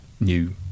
new